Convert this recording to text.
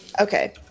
Okay